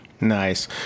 Nice